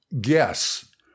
guess